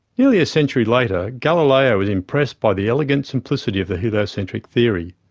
nearly a century later, galileo was impressed by the elegant simplicity of the heliocentric theory.